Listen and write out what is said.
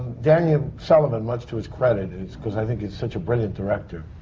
daniel sullivan, much to his credit is. because i think he's such a brilliant director.